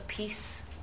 peace